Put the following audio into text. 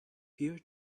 peer